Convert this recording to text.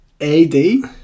A-D